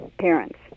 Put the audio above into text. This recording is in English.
parents